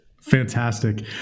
fantastic